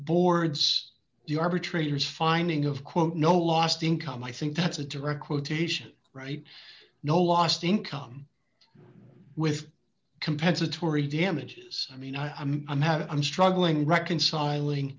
boards the arbitrator's finding of quote no lost income i think that's a direct quotation right no lost income with compensatory damages i mean i i'm i'm have i'm struggling reconciling